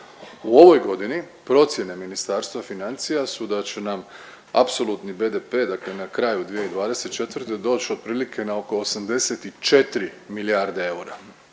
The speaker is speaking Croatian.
U ovoj godini procjene Ministarstva financija su da će nam apsolutni BDP dakle na kraju 2024. doć otprilike na oko 84 milijarde eura